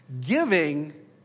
giving